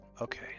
okay